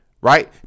right